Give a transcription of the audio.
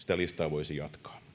voisi jatkaa